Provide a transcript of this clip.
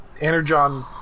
Energon